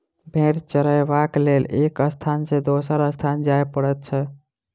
भेंड़ चरयबाक लेल एक स्थान सॅ दोसर स्थान जाय पड़ैत छै